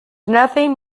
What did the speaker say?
nothing